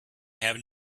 have